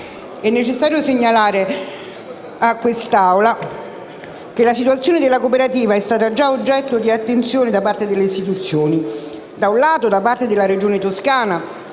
È necessario segnalare all'Assemblea che la situazione della cooperativa è stata già oggetto di attenzione da parte delle istituzioni: da un lato, da parte della Regione Toscana,